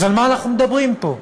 אז על מה אנחנו מדברים פה?